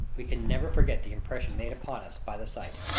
we can never forget the impression made upon us by the sight.